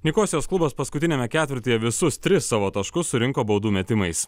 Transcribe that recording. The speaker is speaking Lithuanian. nikosijos klubas paskutiniame ketvirtyje visus tris savo taškus surinko baudų metimais